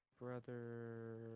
brother